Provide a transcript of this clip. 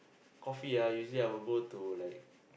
coffee ah usually I will go to like